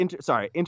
sorry